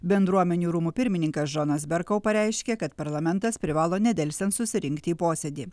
bendruomenių rūmų pirmininkas džonas berkou pareiškė kad parlamentas privalo nedelsiant susirinkti į posėdį